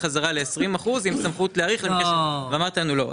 חזרה ל-20% עם סמכות להאריך ואמרת לנו לא.